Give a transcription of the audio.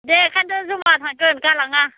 दे ओंखायन्थ' जमा थांगोन गालाङा